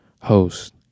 host